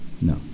No